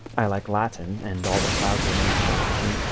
i like latin and all the clouds are named for latin.